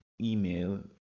email